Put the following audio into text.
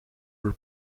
were